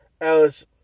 Alice